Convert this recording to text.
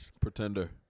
Pretender